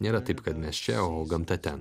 nėra taip kad mes čia o gamta ten